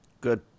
Good